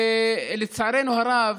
לצערנו הרב,